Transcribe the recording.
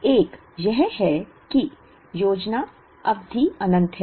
एक यह है कि योजना अवधि अनंत है